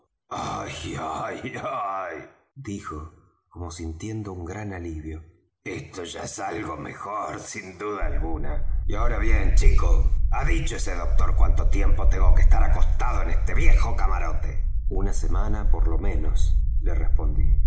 dijo como sintiendo un grande alivio esto ya es algo mejor sin duda alguna y ahora bien chico ha dicho ese doctor cuanto tiempo tengo que estar acostado en este viejo camarote una semana por lo menos le respondí